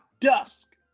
Dusk